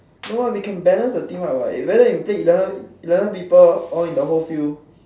no lah we can balance the team out what whether you play eleven eleven people all in the whole field